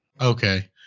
Okay